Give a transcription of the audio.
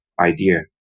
idea